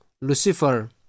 Lucifer